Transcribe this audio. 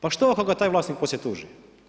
Pa što ako ga taj vlasnik poslije tuži?